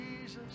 Jesus